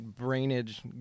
brainage